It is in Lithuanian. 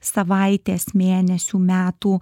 savaitės mėnesių metų